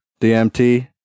dmt